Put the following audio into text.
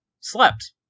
slept